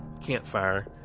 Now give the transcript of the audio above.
campfire